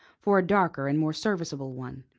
for a darker and more serviceable one,